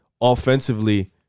offensively